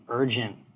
urgent